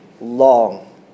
long